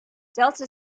delta